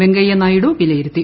വെങ്കയ്യ നായിഡു വിലയിരുത്തി